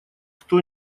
кто